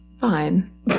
Fine